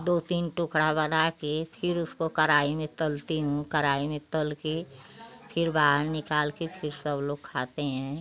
दो तीन टुकड़ा बना के फिर उसको कढ़ाई में तलती हूँ कढ़ाई में तल के फिर बाहर निकाल के फिर सब लोग खाते हैं